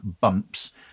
bumps